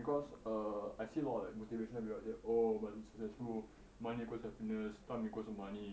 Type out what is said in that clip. because err I see a lot of like motivational people they say like oh but it's the truth money equals to happiness time equals to money